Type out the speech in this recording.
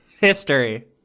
History